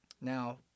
Now